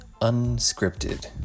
unscripted